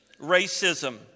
Racism